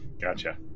Gotcha